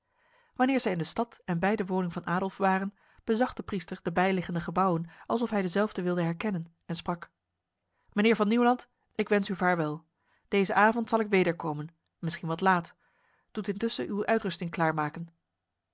wanneer zij in de stad en bij de woning van adolf waren bezag de priester de bijliggende gebouwen alsof hij dezelve wilde herkennen en sprak mijnheer van nieuwland ik wens u vaarwel deze avond zal ik wederkomen misschien wat laat doet intussen uw uitrusting